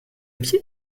pied